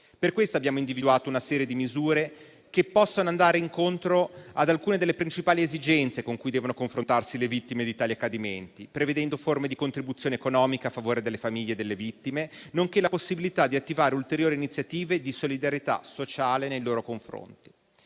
Per questo abbiamo individuato una serie di misure che possono andare incontro ad alcune delle principali esigenze con cui devono confrontarsi le vittime di tali accadimenti, prevedendo forme di contribuzione economica a favore delle famiglie delle vittime, nonché la possibilità di attivare ulteriori iniziative di solidarietà sociale nei loro confronti.